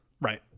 Right